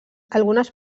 algunes